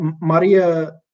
Maria